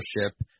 ownership